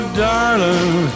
darling